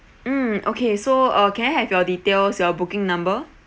mm okay so uh can I have your details your booking number